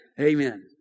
Amen